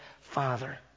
Father